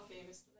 famous